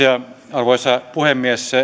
arvoisa puhemies